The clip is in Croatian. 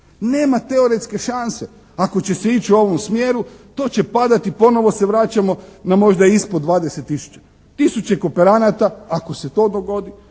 Nema teoretske šanse ako će se ići u ovom smjeru. To će padati. Ponovo se vraćamo na možda ispod 20 000. Tisuće kooperanata ako se to dogodi